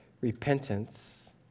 repentance